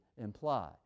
imply